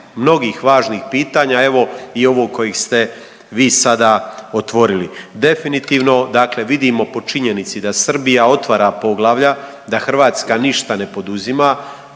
mnogih važnih pitanja, evo i ovog koji ste vi sada otvorili. Definitivno dakle vidimo po činjenici da Srbija otvara poglavlja, da Hrvatska ništa ne poduzima,